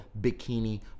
Bikini